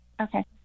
Okay